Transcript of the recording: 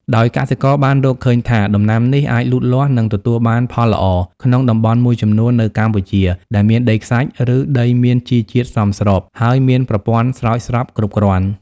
ដោយកសិករបានរកឃើញថា ដំណាំនេះអាចលូតលាស់និងទទួលបានផលល្អក្នុងតំបន់មួយចំនួននៅកម្ពុជាដែលមានដីខ្សាច់ ឬដីមានជីជាតិសមស្រប ហើយមានប្រព័ន្ធស្រោចស្រពគ្រប់គ្រាន់។